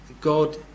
God